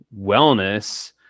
wellness